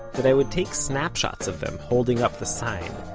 that i would take snapshots of them holding up the sign,